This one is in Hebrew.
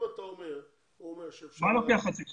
מה לוקח חצי שנה?